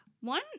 One